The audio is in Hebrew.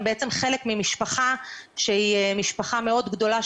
בעצם חלק ממשפחה שהיא משפחה מאוד גדולה,